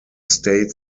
state